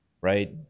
right